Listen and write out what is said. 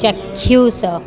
ଚାକ୍ଷୁଷ